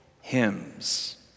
hymns